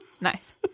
Nice